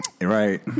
Right